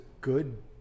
good